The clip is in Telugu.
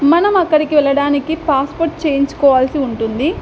మనం అక్కడికి వెళ్ళడానికి పాస్పోర్ట్ చేయించుకోవాల్సి ఉంటుంది